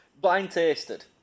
blind-tasted